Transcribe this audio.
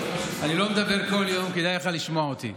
אני לא מדבר כל יום, כדאי לך לשמוע אותי.